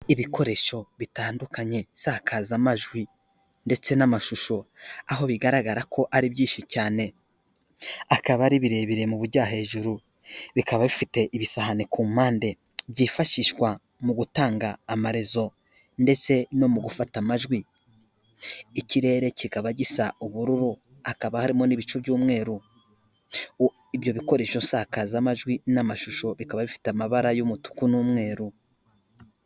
Ibikoresho bitandukanye isakazamajwi ndetse n'amashusho, aho bigaragara ko ari byinshi cyane, akaba ari birebire mu bujya hejuru bikaba bifite ibisahane ku mpande byifashishwa mu gutanga amazo, ndetse no mu gufata amajwi ikirere kikaba gisa ubururu hakaba hari n'ibice by'umweru. Ibyo bikoresho sakaza majwi n'amashusho bikaba bifite amabara y'umutuku n'umweru.